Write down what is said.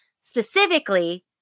Specifically